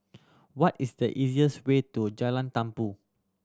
what is the easiest way to Jalan Tumpu